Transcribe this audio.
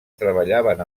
treballaven